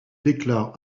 déclare